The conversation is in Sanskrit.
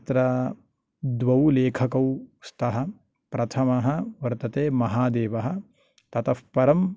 तत्र दौ लेखकौ स्तः प्रथमः वर्तते महादेवः ततः परं